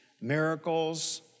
Miracles